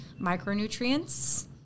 micronutrients